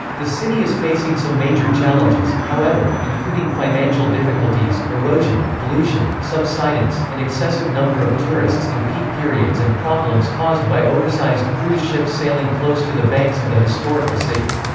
the city is facing some major challenges, however, including financial difficulties, erosion, pollution, subsidence, an excessive number of tourists in peak periods and problems caused by oversized cruise ships sailing close to the banks of the historical city.